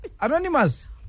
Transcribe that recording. Anonymous